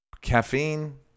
caffeine